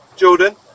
Jordan